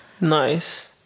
nice